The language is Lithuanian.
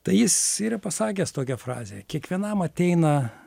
tai jis yra pasakęs tokią frazę kiekvienam ateina